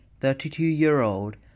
32-year-old